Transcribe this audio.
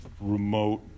remote